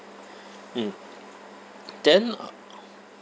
mm then uh